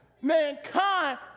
Mankind